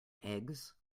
eggs